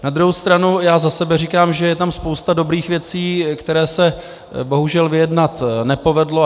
Na druhou stranu já za sebe říkám, že je tam spousta dobrých věcí, které se bohužel vyjednat nepovedlo.